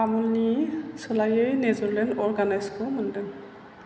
आमुलनि सोलायै नेजरलेण्ड अरगेनिक्ससखौ मोनदों